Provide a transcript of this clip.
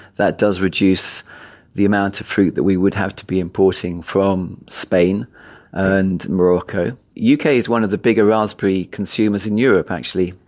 that does reduce the amount of fruit that we would have to be importing from spain and morocco. u k. is one of the bigger raspberry consumers in europe actually,